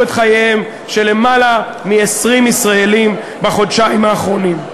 את חייהם של למעלה מ-20 ישראלים בחודשיים האחרונים.